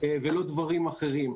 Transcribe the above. ולא דברים אחרים.